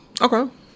okay